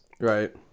Right